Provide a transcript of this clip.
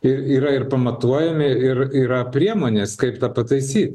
ir yra ir pamatuojami ir yra priemonės kaip tą pataisyt